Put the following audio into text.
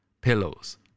pillows